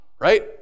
Right